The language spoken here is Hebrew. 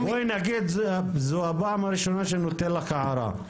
בואי נגיד, זו הפעם הראשונה שאני נותן לך הערה.